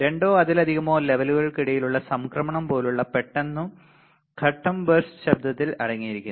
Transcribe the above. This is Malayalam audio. രണ്ടോ അതിലധികമോ ലെവലുകൾക്കിടയിലുള്ള സംക്രമണം പോലുള്ള പെട്ടെന്നുള്ള ഘട്ടം ബർസ്റ്റ് ശബ്ദത്തിൽ അടങ്ങിയിരിക്കുന്നു